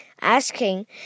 asking